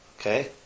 okay